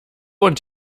und